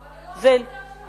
אבל הוא לא אמר את זה עכשיו.